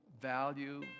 value